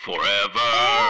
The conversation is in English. Forever